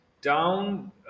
down